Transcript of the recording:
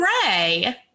gray